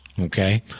okay